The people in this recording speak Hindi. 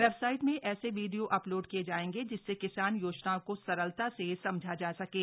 वेबसाइट में ऐसे वीडियो अपलोड किये जायेंगेए जिससे किसान योजनाओं को सरलता से समझा जा सकें